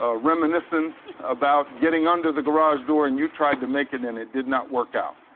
ah reminiscence about getting under the garage door and you tried to make it and it did not work out.